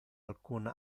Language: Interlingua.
alcun